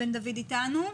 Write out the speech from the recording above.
שנמצאת אתנו ב-זום.